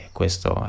questo